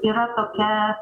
yra tokia